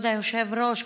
כבוד היושב-ראש,